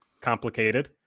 complicated